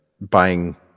buying